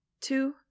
Two